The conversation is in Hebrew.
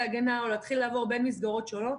ההגנה או להתחיל לעבור בין מסגרות שונות.